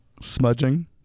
Smudging